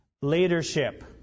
leadership